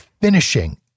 finishing